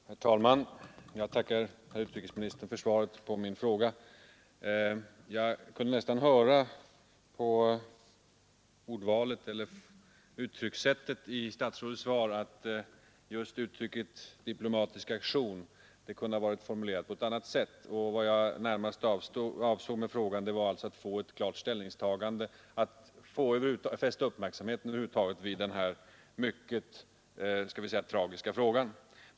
Herr talman! Jag tackar utrikesministern för svaret på min enkla fråga. Jag kunde nästan av utformningen av statsrådets svar utläsa att jag i min fråga borde ha använt ett annat utryck än ”diplomatisk aktion”. Vad jag närmast avsåg med min fråga var att över huvud taget fästa uppmärksamheten vid denna mycket tragiska angelägenhet och att få ett klart ställningstagande från regeringen.